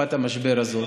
לתקופת המשבר הזאת.